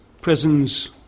prisons